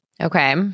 Okay